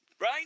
right